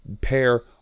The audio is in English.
pair